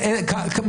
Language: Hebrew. נכון, ברור, נו?